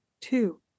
two